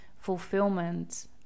fulfillment